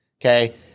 Okay